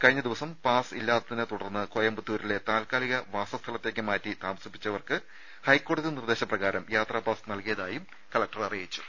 കഴിഞ്ഞ ദിവസം പാസില്ലാത്തതിനെ തുടർന്ന് കോയമ്പത്തൂരിലെ താൽക്കാലിയ വാസസ്ഥലത്തേക്ക് മാറ്റി താമസിപ്പിച്ചവർക്ക് ഹൈക്കോടതി നിർദേശ പ്രകാരം യാത്രാ പാസ് നൽകിയതായും കലക്ടർ പറഞ്ഞു